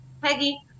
Peggy